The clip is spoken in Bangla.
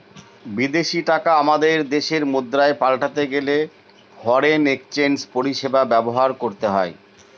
বিদেশী টাকা আমাদের দেশের মুদ্রায় পাল্টাতে গেলে ফরেন এক্সচেঞ্জ পরিষেবা ব্যবহার করতে হয়